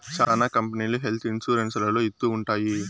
శ్యానా కంపెనీలు health insurance లలో ఇత్తూ ఉంటాయి